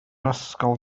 ysgol